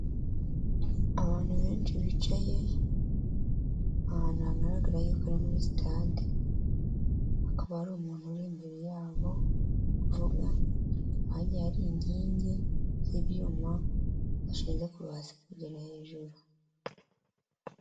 Abantu benshi bicaye ahantu hagaragara yuko ari muri sitade, hakaba hari umuntu uri imbere yabo ari kuvuga, hakaba hagiye hari inkingi z'ibyuma zishinze kuva hasi kugera hejuru.